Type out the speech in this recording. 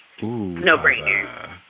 No-brainer